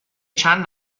چند